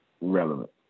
relevant